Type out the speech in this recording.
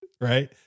Right